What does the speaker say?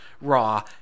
Raw